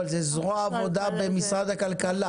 אבל זו זרוע העבודה במשרד הכלכלה.